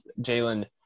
Jalen